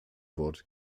wort